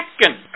second